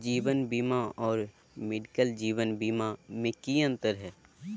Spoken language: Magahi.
जीवन बीमा और मेडिकल जीवन बीमा में की अंतर है?